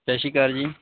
ਸਤਿ ਸ਼੍ਰੀ ਅਕਾਲ ਜੀ